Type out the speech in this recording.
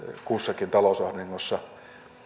kussakin talousahdingossa